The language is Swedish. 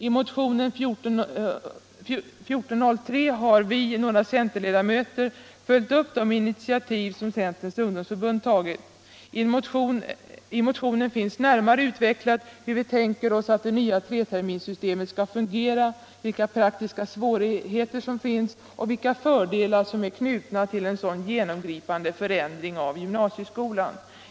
I motionen 1403 har vi, några centerledamöter, följt upp det initiativ som Centerns ungdomsförbund har tagit. I motionen finns närmare utvecklat hur vi tänker oss att det nya treterminssystemet skall fungera, vilka de praktiska svårigheterna är och vilka fördelar som är knutna till en sådan genomgripande förändring av gymnasieskolan.